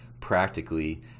practically